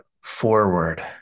forward